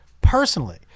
personally